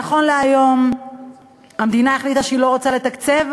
נכון להיום המדינה החליטה שהיא לא רוצה לתקצב,